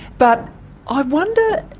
but i wonder,